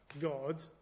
god